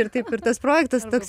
ir taip ir tas projektas toks